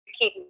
keep